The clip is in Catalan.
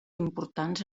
importants